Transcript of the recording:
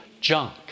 junk